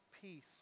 Peace